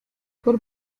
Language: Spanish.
por